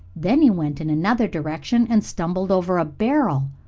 then he went in another direction and stumbled over a barrel.